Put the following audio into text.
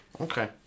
Okay